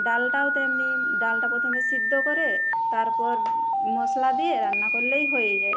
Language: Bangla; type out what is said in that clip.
ডালটাও তেমনি ডালটা প্রথমে সিদ্ধ করে তারপর মশলা দিয়ে রান্না করলেই হয়ে যায়